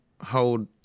hold